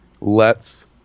lets